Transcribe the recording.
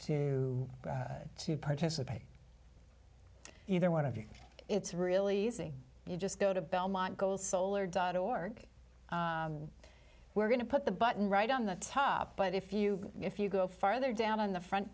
to to participate either one of you it's really easy you just go to belmont goal solar dot org we're going to put the button right on the top but if you if you go farther down on the front